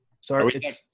sorry